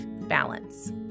balance